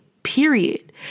period